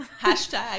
Hashtag